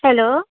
hello